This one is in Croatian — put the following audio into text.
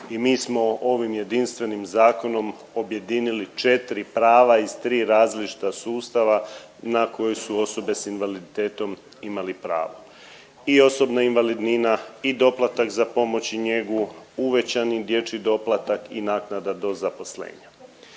i mi smo ovim jedinstvenim zakonom objedinili 4 prava iz 3 različita sustava na koje su osobe s invaliditetom imali pravo i osobna invalidnina, i doplatak za pomoć i njegu, uvećani dječji doplatak i naknada do zaposlenja.